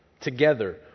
together